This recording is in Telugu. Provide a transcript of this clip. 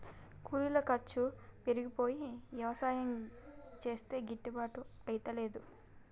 కూలీల ఖర్చు పెరిగిపోయి యవసాయం చేస్తే గిట్టుబాటు అయితలేదు